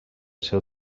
seu